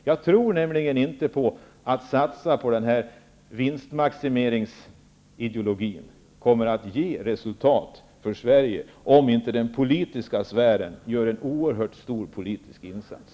Jag tror nämligen inte att denna vinstmaximeringsideologi kommer att ge något resultat för Sverige om inte den politiska sfären gör en oerhört stor politisk insats.